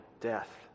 death